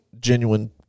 genuine